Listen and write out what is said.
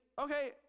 okay